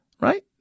Right